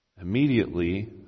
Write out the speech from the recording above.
Immediately